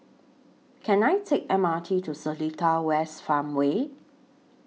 Can I Take The M R T to Seletar West Farmway